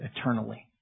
eternally